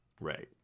right